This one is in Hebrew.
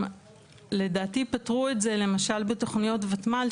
לדעתי פתרו את זה למשל בתוכניות ותמ"ל,